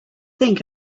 think